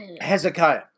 Hezekiah